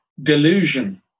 delusion